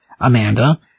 Amanda